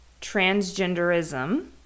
transgenderism